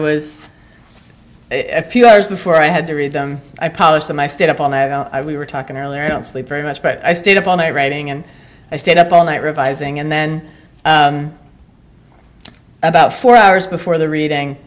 was a few hours before i had to read them i polished them i stayed up all night we were talking earlier i don't sleep very much but i stayed up all night writing and i stayed up all night revising and then about four hours before the reading